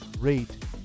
rate